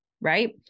Right